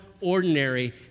ordinary